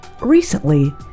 Recently